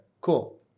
Cool